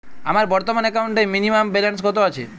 আমার বর্তমান একাউন্টে মিনিমাম ব্যালেন্স কত আছে?